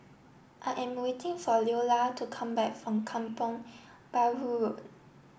I am waiting for Leola to come back from Kampong Bahru Road